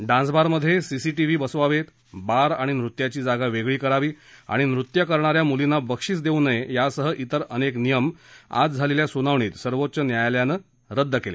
डान्सबारमध्ये CCTV बसवावेत bar आणि नृत्याची जागा वेगळी करावी आणि नृत्य करणा या मुलींना बक्षीस देऊ नये यासह इतर अनेक नियम आज झालेल्या सुनावणीत सर्वोच्च न्यायालयानं रद्द केले